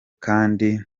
kandi